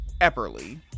Epperly